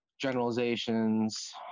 generalizations